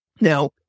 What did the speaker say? Now